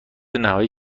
نهایی